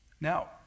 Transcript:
Now